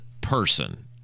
person